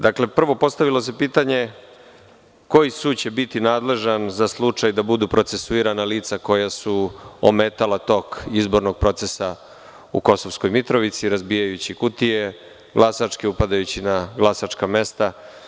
Dakle, prvo se postavilo pitanje – koji sud će biti nadležan za slučaj da budu procesuirana lica koja su ometala tok izbornog procesa u Kosovskoj Mitrovici, razbijajući glasačke kutije, upadajući na glasačka mesta?